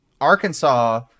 Arkansas